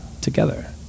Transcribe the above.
together